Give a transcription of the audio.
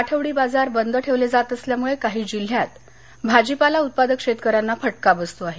आठवडी बाजार बंद ठेवले जात असल्यामुळे काही जिल्ह्यात भाजीपाला उत्पादक शेतकऱ्यांना फटका बसतो आहे